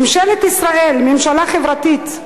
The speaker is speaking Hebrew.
ממשלת ישראל, ממשלה חברתית.